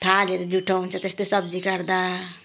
थालहरू जुठो हुन्छ त्यस्तै सब्जी काट्दा